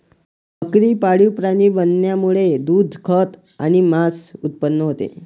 बकरी पाळीव प्राणी बनवण्यामुळे दूध, खत आणि मांस उत्पन्न होते